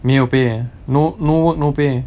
没有 pay no no work no pay